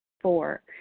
four